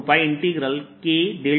dV के बराबर है